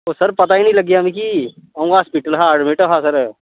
ओह् सर पता गै निं लग्गेआ मिकी अ'ऊं हॉस्पिटल हा एडमिट हा सर